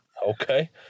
Okay